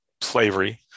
slavery